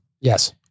Yes